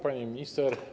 Pani Minister!